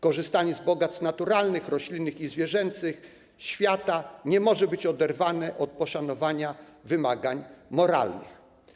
Korzystanie z bogactw naturalnych, roślinnych i zwierzęcych świata nie może być oderwane od poszanowania wymagań moralnych”